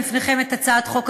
עד כמה שניתן.